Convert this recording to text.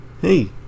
hey